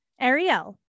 Ariel